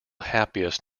happiest